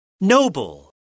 Noble